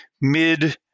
mid